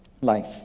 life